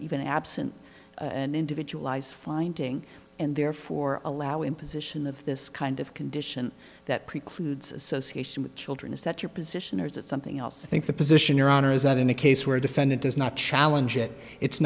even absent an individualized finding and therefore allow imposition of this kind of condition that precludes association with children is that your position or is it something else i think the position your honor is that in a case where a defendant does not challenge it it's